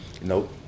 Nope